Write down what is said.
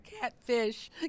Catfish